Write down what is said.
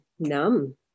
numb